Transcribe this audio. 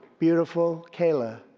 beautiful kayla.